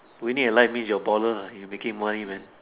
we need a life means you're a baller ah you making money man